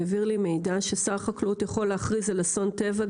והעביר לי מידע ששר החקלאות יכול להכריז על אסון טבע,